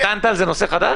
טענת על זה נושא חדש?